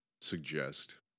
suggest